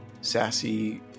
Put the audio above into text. sassy